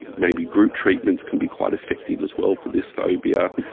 maybe group treatments can be quite effective as well for this phobia.